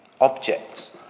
Objects